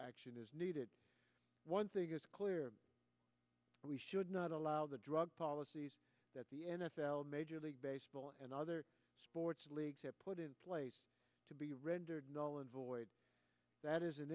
action is needed one thing is clear we should not allow the drug policies that the n f l major league baseball and other sports leagues have put in place to be rendered null and void that is an